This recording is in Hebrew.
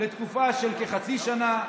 לתקופה של כחצי שנה.